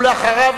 ואחריו,